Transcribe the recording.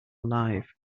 alive